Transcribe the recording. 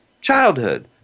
Childhood